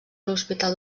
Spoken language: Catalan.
l’hospital